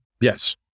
Yes